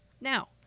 Now